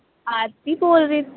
ਆਰਤੀ ਬੋਲ ਰਹੀ